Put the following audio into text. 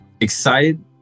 excited